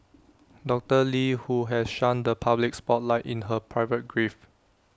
doctor lee who has shunned the public spotlight in her private grief